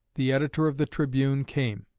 the editor of the tribune came.